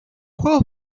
juegos